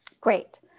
Great